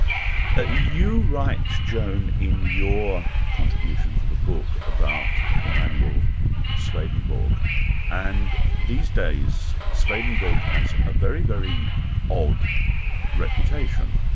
but you write joan, in your contribution to the book about emmanuel swedenborg and these days swedenborg has a very, very odd reputation.